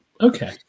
okay